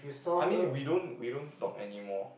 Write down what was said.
I mean we don't we don't talk anymore